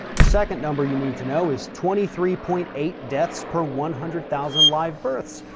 the second number you need to know is twenty three point eight deaths per one hundred thousand live births.